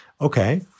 okay